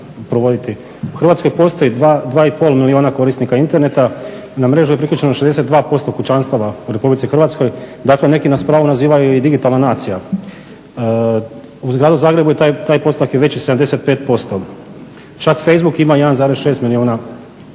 U Hrvatskoj postoji 2,5 milijuna korisnika interneta, na mrežu je priključeno 62% kućanstava u RH. Dakle, neki nas s pravom nazivaju i digitalna nacija. U gradu Zagrebu je taj postotak i veći, 75%. Čak facebook ima 1,6 milijuna članova